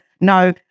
no